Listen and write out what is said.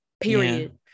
period